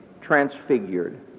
transfigured